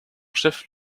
chef